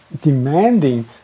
demanding